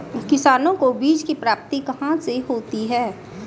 किसानों को बीज की प्राप्ति कहाँ से होती है?